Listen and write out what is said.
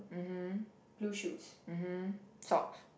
mmhmm mmhmm socks